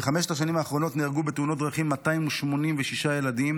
בחמש השנים האחרונות נהרגו בתאונות דרכים 286 ילדים,